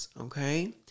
Okay